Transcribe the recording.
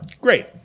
great